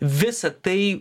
visa tai